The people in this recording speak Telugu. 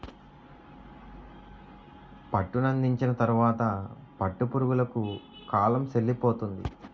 పట్టునందించిన తరువాత పట్టు పురుగులకు కాలం సెల్లిపోతుంది